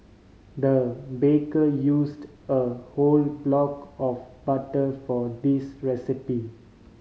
the baker used a whole block of butter for this recipe